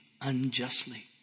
unjustly